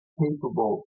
capable